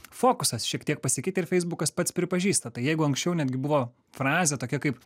fokusas šiek tiek pasikeitė ir feisbukas pats pripažįsta tai jeigu anksčiau netgi buvo frazė tokia kaip